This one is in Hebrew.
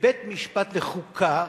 כבית-משפט לחוקה,